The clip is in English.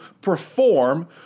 perform